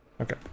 okay